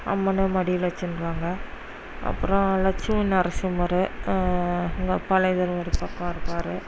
அம்மனை மடியில் வச்சுன்னு இருப்பாங்க அப்புறம் லட்சுமி நரசிம்மர் அதில் ஒரு பக்கம் இருப்பார்